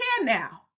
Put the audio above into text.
now